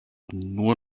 nur